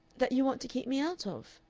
that you want to keep me out of?